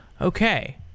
Okay